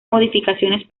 modificaciones